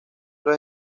los